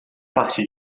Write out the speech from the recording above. parte